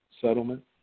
settlement